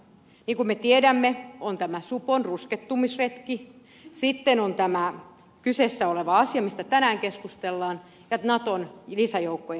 niin kuin me tiedämme on tämä supon ruskettumisretki sitten on tämä kyseessä oleva asia mistä tänään keskustellaan ja naton lisäjoukkojen pyytäminen